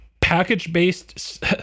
package-based